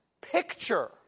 picture